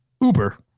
Uber